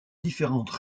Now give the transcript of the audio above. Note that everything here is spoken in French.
différentes